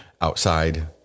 outside